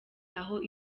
aho